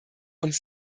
uns